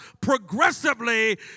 progressively